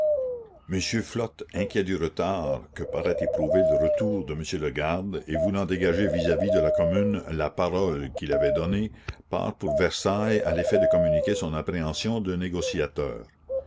flotte inquiet du retard que paraît éprouver le retour de m lagarde et voulant dégager vis-à-vis de la commune la parole qu'il avait donnée part pour versailles à l'effet de communiquer son appréhension de négociateur